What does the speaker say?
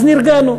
אז נרגענו.